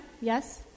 Yes